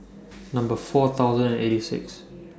Number four thousand and eighty Sixth